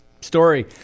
story